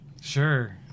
Sure